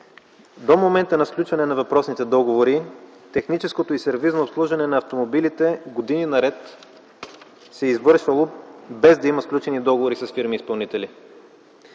До момента на сключване на въпросните договори техническото и сервизно обслужване на автомобилите години наред се е извършвало без да има сключени договори с фирми-изпълнители